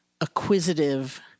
acquisitive